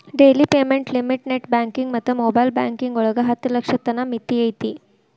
daily payment limit net banking ಮತ್ತ mobile banking ಒಳಗ ಹತ್ತ ಲಕ್ಷದ್ ತನ ಮಿತಿ ಐತಿ